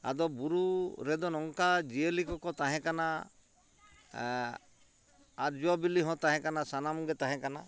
ᱟᱫᱚ ᱵᱩᱨᱩ ᱨᱮᱫᱚ ᱱᱚᱝᱠᱟ ᱡᱤᱭᱟᱹᱞᱤ ᱠᱚᱠᱚ ᱛᱟᱦᱮᱸ ᱠᱟᱱᱟ ᱟᱨ ᱡᱚ ᱵᱤᱞᱤ ᱦᱚᱸ ᱛᱟᱦᱮᱸ ᱠᱟᱱᱟ ᱥᱟᱱᱟᱢᱜᱮ ᱛᱟᱦᱮᱸ ᱠᱟᱱᱟ